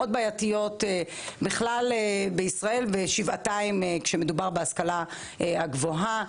מאוד בעייתיות בכלל בישראל ושבעתיים כשמדובר בהשכלה הגבוהה.